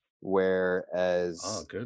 whereas